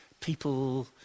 People